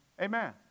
Amen